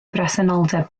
bresenoldeb